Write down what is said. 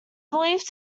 believed